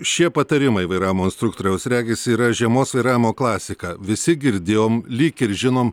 šie patarimai vairavimo instruktoriaus regis yra žiemos vairavimo klasika visi girdėjom lyg ir žinom